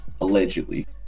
allegedly